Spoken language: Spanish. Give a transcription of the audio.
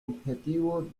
objetivo